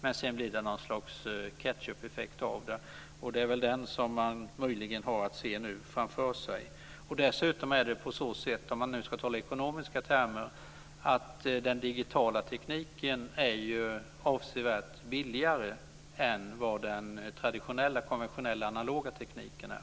Men sedan blir det något slags ketchupeffekt, och det är väl den man möjligen nu ser framför sig. Dessutom är det på så sätt, om man ska tala i ekonomiska termer, att den digitala tekniken är avsevärt billigare än vad den traditionella konventionella analoga tekniken är.